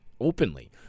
openly